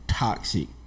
toxic